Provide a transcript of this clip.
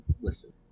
Listen